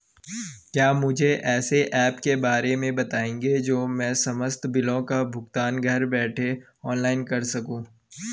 क्या मुझे ऐसे ऐप के बारे में बताएँगे जो मैं समस्त बिलों का भुगतान घर बैठे ऑनलाइन कर सकूँ?